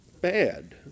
bad